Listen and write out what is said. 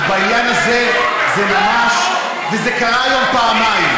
אז בעניין הזה זה ממש, וזה קרה היום פעמיים.